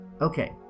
Okay